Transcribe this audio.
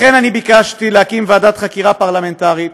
לכן ביקשתי להקים ועדת חקירה פרלמנטרית,